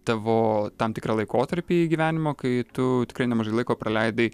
tavo tam tikrą laikotarpį gyvenimo kai tu tikrai nemažai laiko praleidai